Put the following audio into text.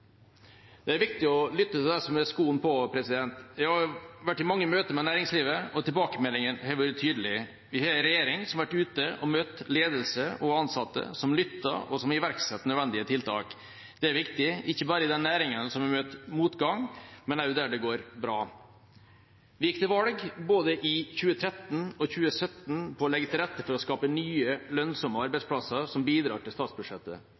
Det er viktig å lytte til den som kjenner skoen trykke. Jeg har vært i mange møter med næringslivet, og tilbakemeldingene har vært tydelige: Vi har en regjering som har vært ute og møtt ledelse og ansatte, som lytter, og som iverksetter nødvendige tiltak. Det er viktig, ikke bare i de næringene som har møtt motgang, men også der det går bra. Vi gikk til valg både i 2013 og i 2017 på å legge til rette for å skape nye, lønnsomme arbeidsplasser som bidrar til statsbudsjettet,